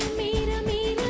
made me